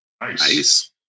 Nice